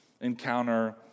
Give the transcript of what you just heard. encounter